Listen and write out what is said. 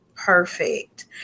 perfect